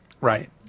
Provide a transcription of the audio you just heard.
Right